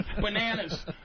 Bananas